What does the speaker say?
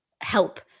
help